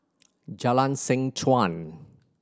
Jalan Seh Chuan